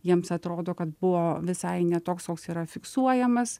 jiems atrodo kad buvo visai ne toks koks yra fiksuojamas